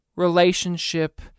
relationship